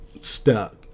stuck